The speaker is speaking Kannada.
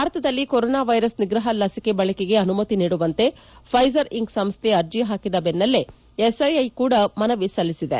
ಭಾರತದಲ್ಲಿ ಕೊರೊನಾ ವೈರಸ್ ನಿಗ್ರಹ ಲಸಿಕೆ ಬಳಕೆಗೆ ಅನುಮತಿ ನೀಡುವಂತೆ ಫೈಸರ್ ಇಂಕ್ ಸಂಸ್ಥೆ ಅರ್ಜಿ ಹಾಕಿದ ಬೆನ್ನಲ್ಲೇ ಎಸ್ಐಐ ಕೂಡಾ ಮನವಿ ಸಲ್ಲಿಸಿದೆ